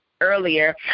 earlier